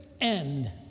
end